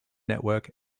network